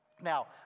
Now